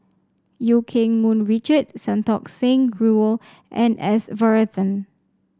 Eu Keng Mun Richard Santokh Singh Grewal and S Varathan